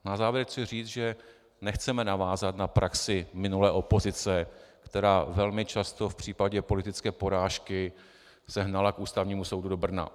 Na závěr chci říct, že nechceme navázat na praxi minulé opozice, která se velmi často v případě politické porážky hnala k Ústavnímu soudu do Brna.